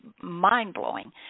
mind-blowing